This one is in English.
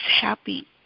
happy